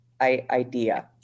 idea